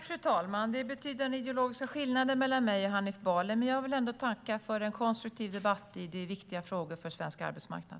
Fru talman! Det finns betydande ideologiska skillnader mellan mig och Hanif Bali, men jag vill ändå tacka för en konstruktiv debatt om viktiga frågor för svensk arbetsmarknad.